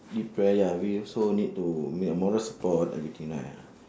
impre~ ya we also need to make a moral support everything lah ya